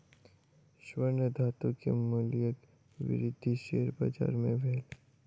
स्वर्ण धातु के मूल्यक वृद्धि शेयर बाजार मे भेल